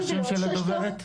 מה השם של הדוברת?